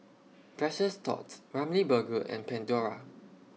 Precious Thots Ramly Burger and Pandora